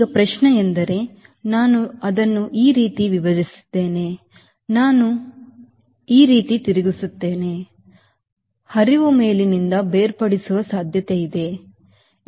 ಈಗ ಪ್ರಶ್ನೆಯೆಂದರೆ ನಾನು ಅದನ್ನು ಈ ರೀತಿ ವಿಭಜಿಸಿದ್ದೇನೆ ನಾನು ಅದನ್ನು ಈ ರೀತಿ ತಿರುಗಿಸುತ್ತೇನೆ ಹರಿವು ಮೇಲಿನಿಂದ ಬೇರ್ಪಡಿಸುವ ಸಾಧ್ಯತೆಯಿದೆ ಸರಿ